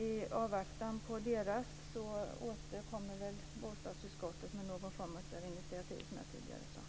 I avvaktan på kommitténs arbete återkommer väl bostadsutskottet med någon form av initiativ, vilket jag nämnde tidigare.